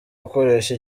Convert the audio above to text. gukoresha